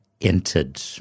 entered